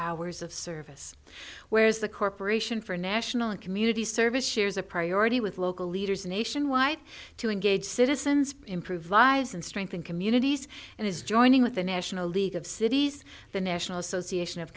hours of service whereas the corporation for national and community service shares a priority with local leaders nationwide to engage citizens improve lives and strengthen communities and is joining with the national league of cities the national association of